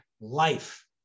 life